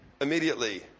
immediately